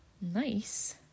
Nice